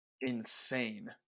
insane